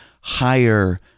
higher